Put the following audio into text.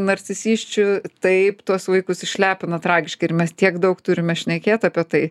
narcisisčių taip tuos vaikus išlepina tragiškai ir mes tiek daug turime šnekėt apie tai